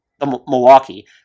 Milwaukee